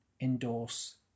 endorse